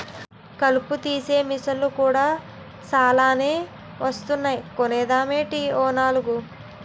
కలుపు తీసే మిసన్లు కూడా సాలానే వొత్తన్నాయ్ కొనేద్దామేటీ ఓ నాలుగు?